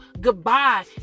goodbye